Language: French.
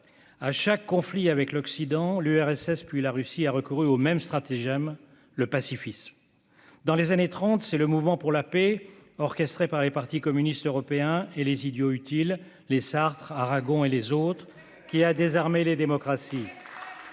À chaque conflit avec l'Occident, l'URSS, puis la Russie ont recouru au même stratagème : le pacifisme. Dans les années 1930, c'est le Mouvement pour la paix, orchestré par les partis communistes européens et les idiots utiles, les Sartre, Aragon et autres, qui a désarmé les démocraties.